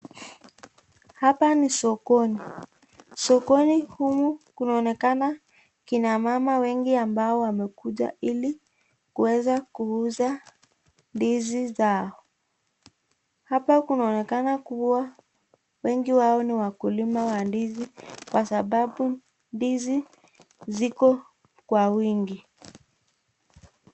Hapa ni sokoni, sokonj humu kunaonekana kina mama wengi ambao wamekuja ili kuweza kuuza ndizi zao, hapa kunaonekana kuwa wengi wao ni wakulima wa ndizi, kwasababu ndizi ziko kwa wingi.